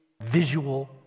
visual